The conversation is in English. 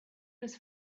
his